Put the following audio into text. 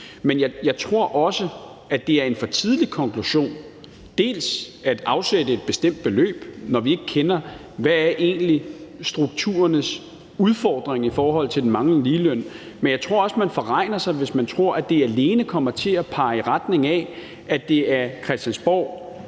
Men jeg tror også, at det er en for tidlig konklusion at afsætte et bestemt beløb, når vi ikke kender, hvad strukturernes udfordring egentlig er i forhold til den manglende ligeløn. Men jeg tror også, man forregner sig, hvis man tror, at det alene kommer til at pege i retning af, at det er Christiansborg